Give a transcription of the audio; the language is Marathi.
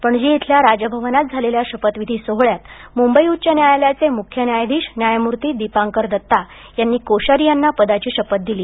पणजी इथल्या राजभवनात झालेल्या शपथविधी सोहळ्यात मुंबई उच्च न्यायालयाचे मुख्य न्यायाधीश न्यायमूर्ती दीपांकर दत्ता यांनी कोश्यारी यांना पदाची शपथ दिली